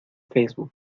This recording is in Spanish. facebook